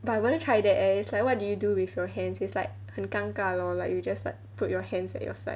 but I want to try that eh it's like what do you do with your hands is like 很尴尬 lor like you just like put your hands at your side